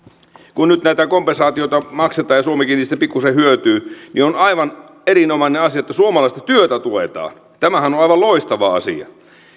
kun nyt näitä kompensaatioita maksetaan ja suomikin niistä pikkuisen hyötyy niin on aivan erinomainen asia että suomalaista työtä tuetaan tämähän on on aivan loistava asia